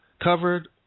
covered